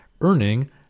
earning